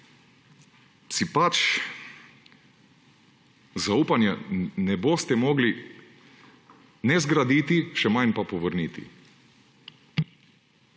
si pač zaupanja ne boste mogli ne zgraditi, še manj pa povrniti.